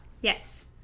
Yes